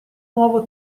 nuovo